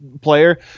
player